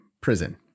prison